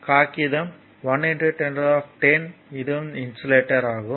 காகிதம் 1 1010 இதுவும் இன்சுலேட்டர் ஆகும்